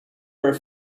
were